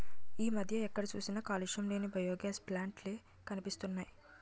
ఈ మధ్య ఎక్కడ చూసినా కాలుష్యం లేని బయోగాస్ ప్లాంట్ లే కనిపిస్తున్నాయ్